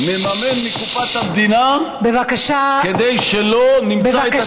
נממן מקופת המדינה כדי שלא נמצא את עצמנו,